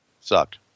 sucked